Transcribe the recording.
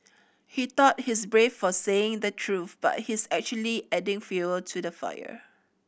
he thought he's brave for saying the truth but he's actually just adding fuel to the fire